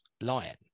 lion